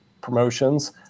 promotions